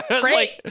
Great